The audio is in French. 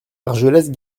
argelès